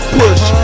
push